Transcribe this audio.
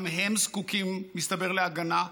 גם הם זקוקים, מסתבר, להגנה.